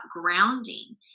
grounding